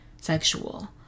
sexual